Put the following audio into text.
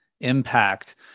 impact